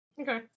Okay